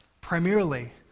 primarily